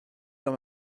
dans